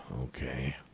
Okay